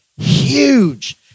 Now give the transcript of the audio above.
huge